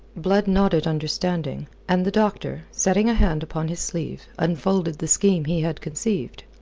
blood nodded understanding, and the doctor, setting a hand upon his sleeve, unfolded the scheme he had conceived.